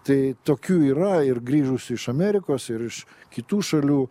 tai tokių yra ir grįžusių iš amerikos ir iš kitų šalių